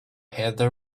heather